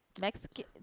Mexican